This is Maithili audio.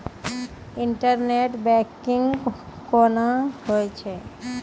इंटरनेट बैंकिंग कोना होय छै?